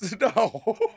No